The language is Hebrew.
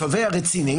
מתובע רציני.